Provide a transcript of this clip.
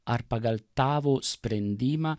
ar pagal tavo sprendimą